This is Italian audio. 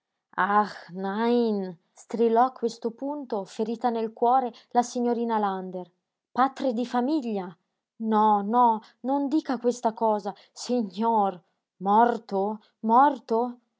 strillò a questo punto ferita nel cuore la signorina lander patre di famiglia no no non dica questa cosa sighnor morto morto non è morto